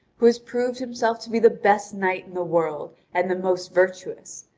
who has proved himself to be the best knight in the world, and the most virtuous.